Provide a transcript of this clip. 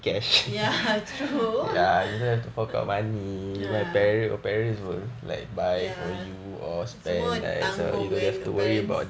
ya true ya ya semua tanggung dengan parents